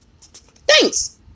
Thanks